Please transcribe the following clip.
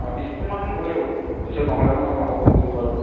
অ' ত্ৰিছ পোণমান হ'লেই হ'ব পিছত নহ'লে মানে মই আকৌ ফোন কৰিম বাৰু